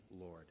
Lord